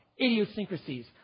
idiosyncrasies